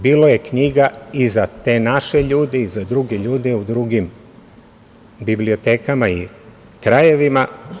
Bilo je knjiga i za te naše ljude i za druge ljude u drugim bibliotekama i krajevima.